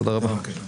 תודה רבה.